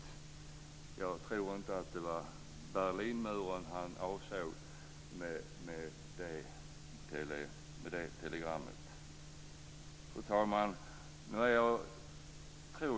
Jag tror inte att det var Berlinmuren som avsågs i det telegrammet. Fru talman!